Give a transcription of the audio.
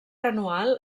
anual